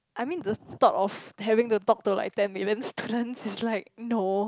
I mean the thought of having to talk to like ten millions students is like no